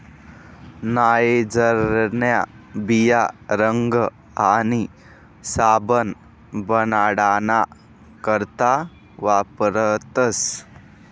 नाइजरन्या बिया रंग आणि साबण बनाडाना करता वापरतस